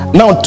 now